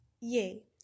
Yay